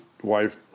wife